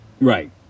Right